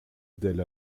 del